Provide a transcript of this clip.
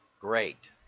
Great